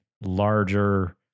larger